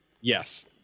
Yes